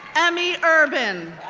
emmy urban,